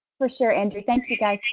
for sure andrew, thank you guys.